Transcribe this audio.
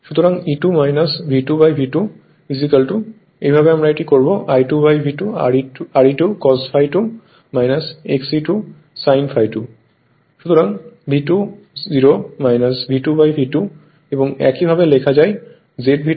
সুতরাং E₂ V2V2 একইভাবে আমরা এটি করব I2V2 Re₂ cos ∅ 2 Xe₂ sin ∅ 2 সুতরাং V2 0 V2V2 এবং একই ভাবে লেখা যায় ZV2 V2I2 হবে